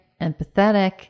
empathetic